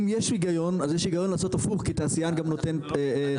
אם יש הגיון אז יש הגיון לעשות הפוך כי תעשיין גם נותן עבודה